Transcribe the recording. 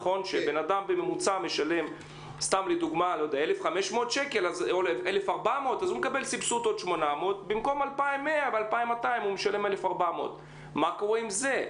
שאדם משלם בממוצע 1,500 שקל אז הוא מקבל עוד 800. במקום 2,100 או 2,200 הוא משלם 1,400. מה קורה עם זה?